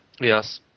yes